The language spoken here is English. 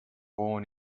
born